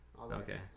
okay